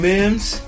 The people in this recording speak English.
Mims